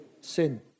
Sin